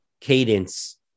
cadence